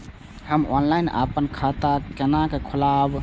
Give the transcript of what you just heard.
हम ऑनलाइन अपन खाता केना खोलाब?